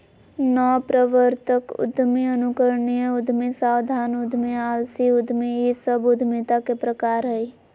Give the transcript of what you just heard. नवप्रवर्तक उद्यमी, अनुकरणीय उद्यमी, सावधान उद्यमी, आलसी उद्यमी इ सब उद्यमिता के प्रकार हइ